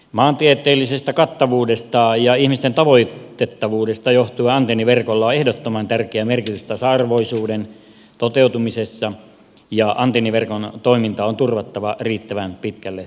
maantieteellisestä kattavuudestaan ja ihmisten tavoitettavuudesta johtuen antenniverkolla on ehdottoman tärkeä merkitys tasa arvoisuuden toteutumisessa ja antenniverkon toiminta on turvattava riittävän pitkälle tulevaisuuteen